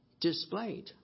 displayed